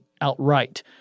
outright